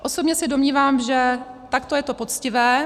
Osobně se domnívám, že takto je to poctivé.